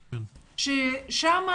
היושב-ראש.